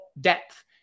depth